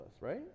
right